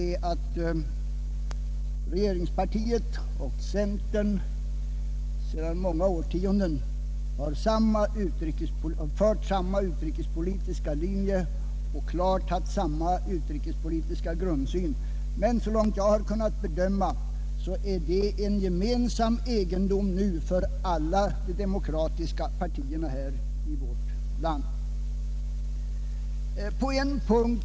Regeringspartiet och centern har sedan många årtionden drivit samma utrikespolitiska linje och haft samma utrikespolitiska grundsyn. Så långt jag har kunnat bedöma är den grundsynen numera gemensam egendom för alla de demokratiska partierna i vårt land.